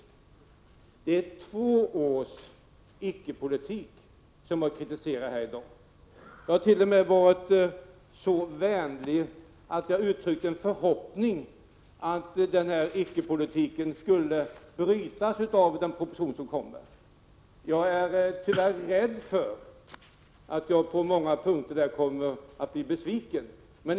Det är två års icke-politik som jag kritiserar här i dag. Jag hart.o.m. varit så vänlig att jag uttryckte en förhoppning om att denna icke-politik skulle brytas av den proposition som kommer. Men jag är tyvärr rädd för att jag på många punkter kommer att bli besviken.